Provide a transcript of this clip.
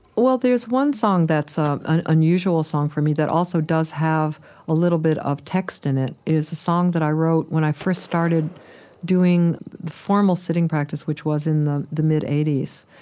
well, there's one song that's ah an unusual song for me that also does have a little bit of text in it. it's a song that i wrote when i first started doing formal sitting practice, which was in the the mid eighty s.